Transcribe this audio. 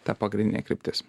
ta pagrindinė kryptis